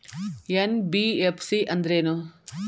NBFC ಅಂದ್ರೇನು?